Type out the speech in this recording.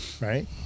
right